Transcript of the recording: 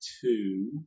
two